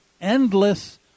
endless